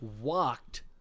walked